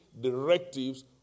directives